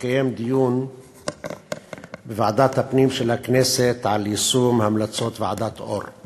התקיים בוועדת הפנים של הכנסת דיון על יישום המלצות ועדת אור,